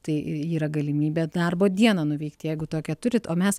tai yra galimybė darbo dieną nuvykt jeigu tokią turit o mes